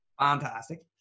Fantastic